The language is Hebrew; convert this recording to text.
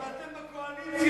אבל אתם בקואליציה.